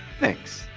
thanks.